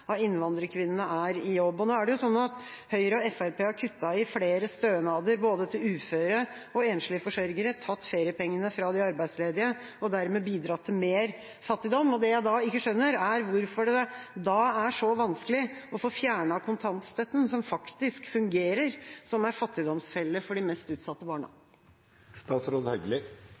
innvandrerkvinnene er i jobb. Høyre og Fremskrittspartiet har kuttet i flere stønader, både til uføre og til enslige forsørgere, tatt feriepengene fra de arbeidsledige og dermed bidratt til mer fattigdom. Det jeg da ikke skjønner, er hvorfor det er så vanskelig å få fjernet kontantstøtten, som faktisk fungerer som en fattigdomsfelle for de mest utsatte